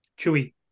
Chewie